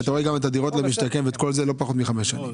כי אתה רואה שגם הדירות למשתכן הן לא פחות מחמש שנים.